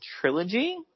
trilogy